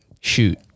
shoot